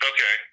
Okay